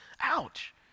Ouch